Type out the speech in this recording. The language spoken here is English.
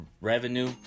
revenue